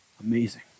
Amazing